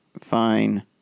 Fine